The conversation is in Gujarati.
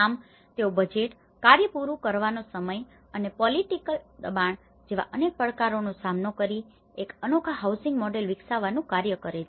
આમ તેઓ બજેટ કાર્ય પૂરું કરવાનો સમય અને પોલિટિકલ દબાણ જેવા અનેક પડકારોનો સામનો કરીને એક અનોખા હાઉસિંગ મોડેલ વિકસવાનું કાર્ય કરે છે